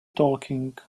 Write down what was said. talking